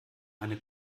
eine